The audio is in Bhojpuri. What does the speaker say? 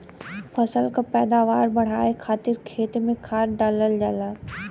फसल के पैदावार बढ़ावे खातिर खेत में खाद डालल जाला